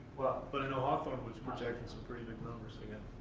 but i know hawthorn was projecting so pretty big numbers again.